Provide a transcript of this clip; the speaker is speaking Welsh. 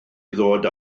ddod